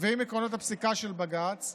ועם עקרונות הפסיקה של בג"ץ,